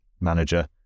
manager